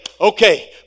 okay